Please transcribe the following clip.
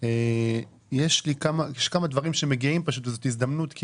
יש כמה דברים שמגיעים וזאת הזדמנות כי